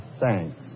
thanks